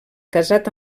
casat